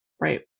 Right